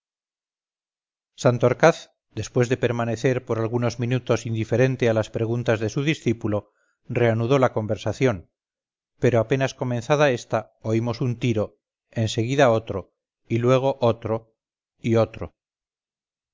santorcaz después de permanecer por algunos minutos indiferente a las preguntas de su discípulo reanudó la conversación pero apenas comenzada esta oímos un tiro en seguida otro y luego otro y otro